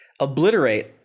obliterate